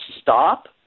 stop